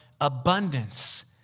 abundance